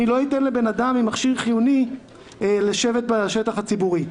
אני לא אתן לאדם עם מכשיר חיוני לשבת בשטח הציבורי.